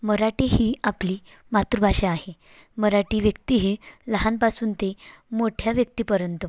मराठी ही आपली मातृभाषा आहे मराठी व्यक्ती ही लहानपासून ते मोठ्या व्यक्तीपर्यंत